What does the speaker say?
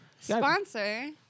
Sponsor